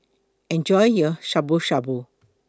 Enjoy your Shabu Shabu